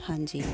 ਹਾਂਜੀ